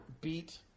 beat